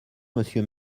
monsieur